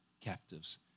captives